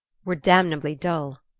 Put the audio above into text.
we're damnably dull.